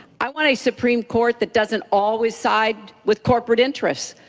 i want a supreme court that doesn't always side with corporate interests.